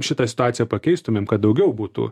šitą situaciją pakeistumėm kad daugiau būtų